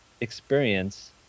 experience